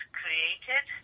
created